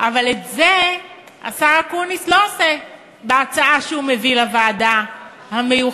אבל את זה השר אקוניס לא עושה בהצעה שהוא מביא לוועדה המיוחדת.